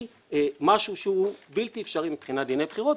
הוא משהו שהוא בלתי אפשרי מבחינת דיני בחירות.